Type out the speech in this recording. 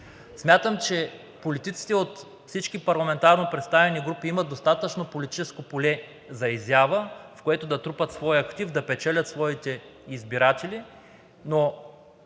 Смятам, че политиците от всички парламентарно представени групи имат достатъчно политическо поле за изява, в което да трупат своя актив, да печелят своите избиратели, но